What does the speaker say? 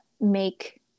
make